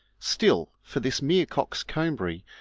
still, for this mere coxcombry,